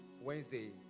Wednesday